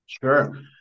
Sure